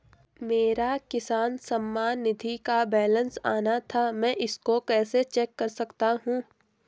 मेरा किसान सम्मान निधि का बैलेंस आना था मैं इसको कैसे चेक कर सकता हूँ?